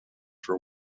for